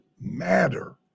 matter